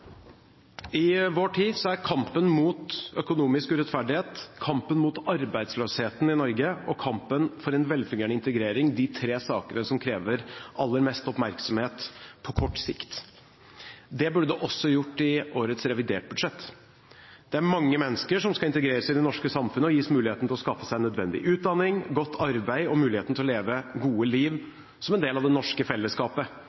I vår tid er kampen mot økonomisk urettferdighet, kampen mot arbeidsløsheten i Norge og kampen for en velfungerende integrering de tre sakene som krever aller mest oppmerksomhet på kort sikt. Det burde det også gjort i årets reviderte budsjett. Det er mange mennesker som skal integreres i det norske samfunnet og gis mulighet til å skaffe seg nødvendig utdanning, godt arbeid og muligheten til å leve gode